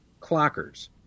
Clockers